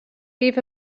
beef